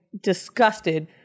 disgusted